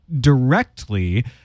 directly